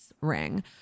ring